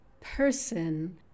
person